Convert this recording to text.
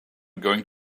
going